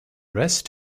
rest